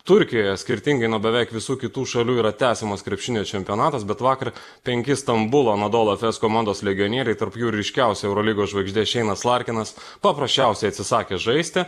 turkijoje skirtingai nuo beveik visų kitų šalių yra tęsiamas krepšinio čempionatas bet vakar penki stambulo anadolu efes komandos legionieriai tarp jų ryškiausia eurolygos žvaigždė šeinas larkinas paprasčiausiai atsisakė žaisti